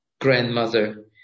grandmother